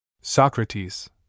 Socrates